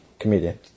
comedian